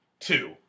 Two